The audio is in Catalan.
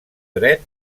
dret